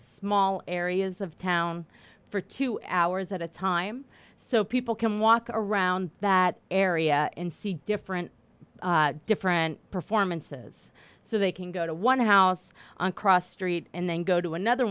small areas of town for two hours at a time so people can walk around that area and see different different performances so they can go to one house on cross street and then go to another